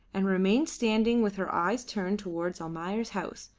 and remained standing with her eyes turned towards almayer's house,